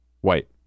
white